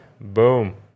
Boom